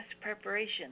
preparation